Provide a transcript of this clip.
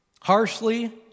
harshly